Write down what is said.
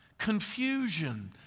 confusion